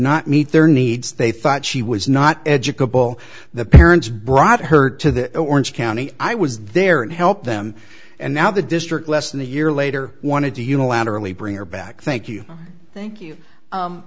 not meet their needs they thought she was not educated ball the parents brought her to the orange county i was there and help them and now the district less than a year later wanted to unilaterally bring her back thank you thank you